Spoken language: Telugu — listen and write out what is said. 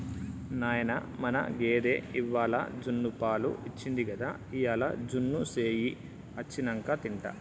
నాయనా మన గేదె ఇవ్వాల జున్నుపాలు ఇచ్చింది గదా ఇయ్యాల జున్ను సెయ్యి అచ్చినంక తింటా